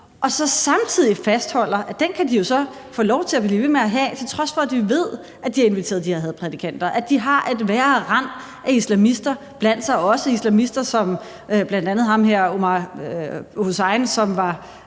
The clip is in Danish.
og så samtidig fastholder, at den kan de så få lov at blive ved med at have, til trods for at vi ved, at de har inviteret de her hadprædikanter hertil, og at de har et værre rend af islamister blandt sig og også islamister som bl.a. Omar el-Hussein, som var